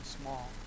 small